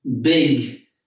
big